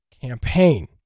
campaign